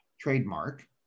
Trademark